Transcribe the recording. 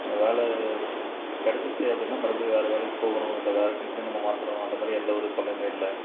வேலை கிடச்சிருச்சி அப்படின்னா மறுபடியும் வேறு வேலைக்கு போகணும் இல்லை வேறு கம்பெனி நம்ம மாற்றணும் அந்த மாதிரி எந்த ஒரு தொல்லையுமே இல்லை